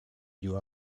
you